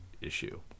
issue